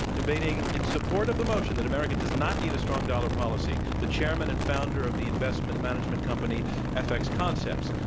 debating in support of the motion that america does not need a strong dollar policy, the chairman and founder of the investment management company fx concepts,